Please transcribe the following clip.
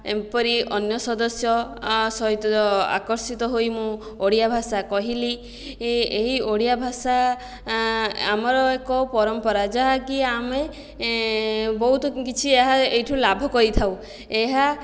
ଏପରି ଅନ୍ୟ ସଦସ୍ୟ ସହିତ ଆକର୍ଷିତ ହୋଇ ମୁଁ ଓଡ଼ିଆ ଭାଷା କହିଲି ଏ ଏହି ଓଡ଼ିଆ ଭାଷା ଆମର ଏକ ପରମ୍ପରା ଯାହାକି ଆମେ ବହୁତ କିଛି ଏହା ଏଇଠୁ ଲାଭ କରିଥାଉ ଏହା